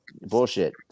Bullshit